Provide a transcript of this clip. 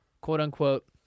quote-unquote